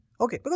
Okay